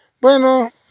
bueno